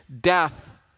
death